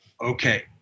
Okay